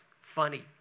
funny